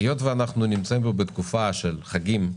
היות ואנחנו נמצאים כעת בתקופה של חגים,